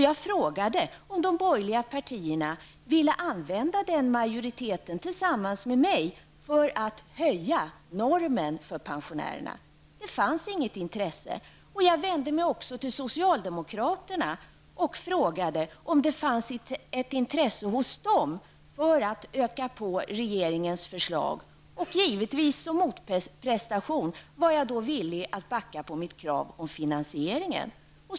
Jag frågade om de borgerliga partierna ville använda den majoriteten tillsammans med mig för att höja normen för pensionäerna. Det fanns inget intresse. Jag vände mig också till socialdemokraterna och frågade om det fanns ett intresse hos dem för att öka på regeringens förslag. Givetvis var jag då villig att som motprestation backa på mitt förslag om finansieringen.